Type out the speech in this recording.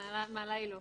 מהחוב כולו.